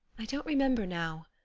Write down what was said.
i don't remember now.